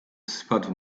spadł